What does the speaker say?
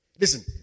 Listen